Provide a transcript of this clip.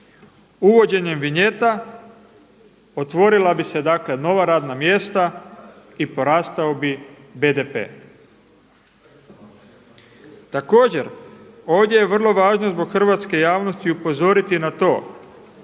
Uvođenjem vinjeta otvorila bi se dakle nova radna mjesta i porastao bi BDP. Također, ovdje je vrlo važno zbog hrvatske javnosti upozoriti na to